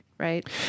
right